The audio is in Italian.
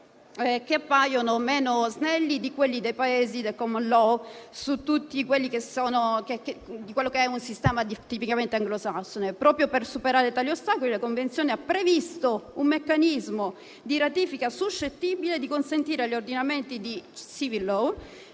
che appaiono meno snelli di quelli dei Paesi di *common law*, su tutti quelli del sistema anglosassone. Proprio per superare tali ostacoli, la convenzione ha previsto un meccanismo di ratifica suscettibile di consentire agli ordinamenti di *civil law*